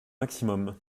maximum